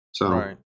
Right